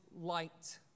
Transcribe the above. light